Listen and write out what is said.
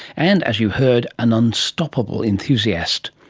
and, as you heard, an unstoppable enthusiast.